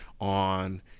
on